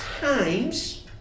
times